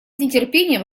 нетерпением